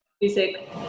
Music